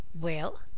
Well